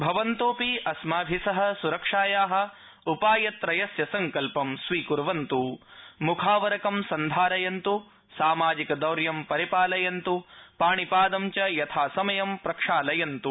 भवन्तोऽपि अस्माभि सह सुरक्षाया उपायत्रयस्य सङ्कल्पं स्वीकुर्वन्त् मुखावरकं सन्धारयन्त् सामाजिकदौर्यं परिपालयन्तु पाणिपादं च यथासमयं प्रक्षालयन्त्